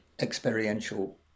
experiential